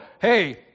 hey